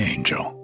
Angel